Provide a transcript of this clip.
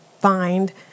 find